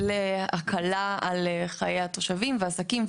תקציב להקלה על חיי התושבים והעסקים,